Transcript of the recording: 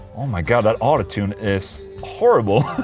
oh my god, that auto-tune is horrible